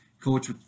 Coach